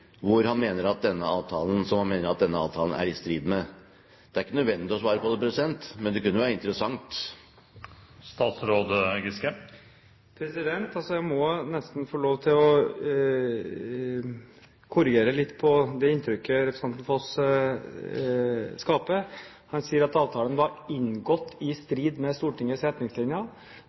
som han mener at denne avtalen er i strid med. Det er ikke nødvendig å svare på det, men det kunne vært interessant. Jeg må nesten få lov til å korrigere litt på det inntrykket representanten Foss skaper. For det første sier han at avtalen var inngått i strid med Stortingets